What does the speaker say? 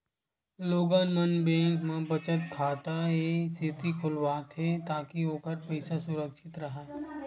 लोगन मन बेंक म बचत खाता ए सेती खोलवाथे ताकि ओखर पइसा सुरक्छित राहय